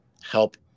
help